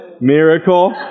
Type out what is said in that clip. miracle